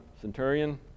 centurion